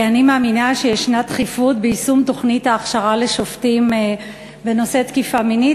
אני מאמינה שיש דחיפות ביישום תוכנית ההכשרה לשופטים בנושא תקיפה מינית.